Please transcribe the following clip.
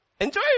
Enjoy